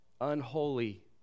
Unholy